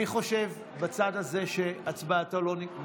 מי חושב בצד הזה שהצבעתו לא נקלטה?